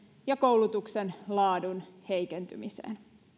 ja koulutuksen laadun heikentymiseen